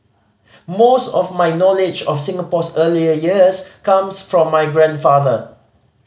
most of my knowledge of Singapore's early years comes from my grandfather